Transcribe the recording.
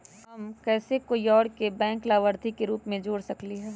हम कैसे कोई और के बैंक लाभार्थी के रूप में जोर सकली ह?